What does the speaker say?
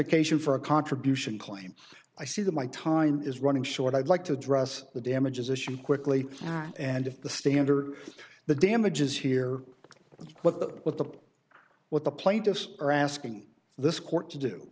ication for a contribution claim i see that my time is running short i'd like to address the damages issue quickly and the standard the damages here what the what the what the plaintiffs are asking this court to do